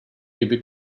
gibi